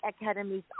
academies